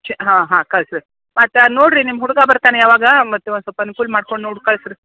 ಚೆ ಹಾಂ ಹಾಂ ಕಳ್ಸಿ ರೀ ಮತ್ತು ನೋಡಿರಿ ನಿಮ್ಮ ಹುಡುಗ ಬರ್ತಾನೆ ಯಾವಾಗ ಮತ್ತೆ ಒಂದು ಸ್ವಲ್ಪ ಅನ್ಕೂಲ ಮಾಡ್ಕೊಂಡು ನೋಡಿ ಕಳ್ಸಿ ರೀ